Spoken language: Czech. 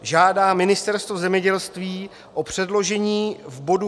Žádá Ministerstvo zemědělství o předložení v bodu